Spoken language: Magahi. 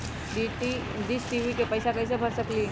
डिस टी.वी के पैईसा कईसे भर सकली?